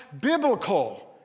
biblical